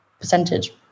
percentage